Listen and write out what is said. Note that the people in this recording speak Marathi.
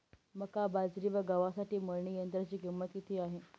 मका, बाजरी व गव्हासाठी मळणी यंत्राची किंमत किती आहे?